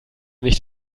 nicht